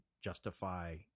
justify